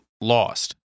lost